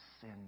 sin